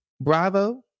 Bravo